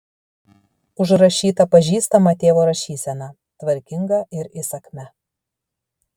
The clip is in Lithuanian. užrašyta pažįstama tėvo rašysena tvarkinga ir įsakmia